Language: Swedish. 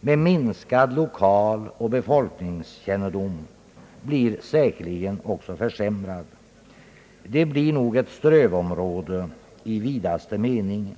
med minskad lokaleller befolkningskännedom, blir säkerligen försämrad. Det blir ett strövområde i vidaste mening.